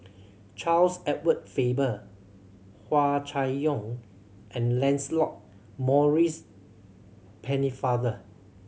Charles Edward Faber Hua Chai Yong and Lancelot Maurice Pennefather